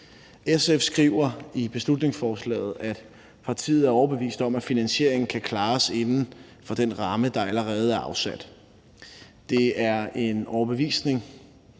SF skriver i beslutningsforslaget, at partiet er overbevist om, at finansieringen kan klares inden for den ramme, der allerede er afsat. Det er en overbevisning,